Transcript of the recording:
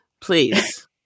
please